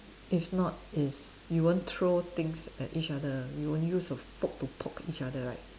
if not is you won't throw things at each other you won't use a fork to poke each other right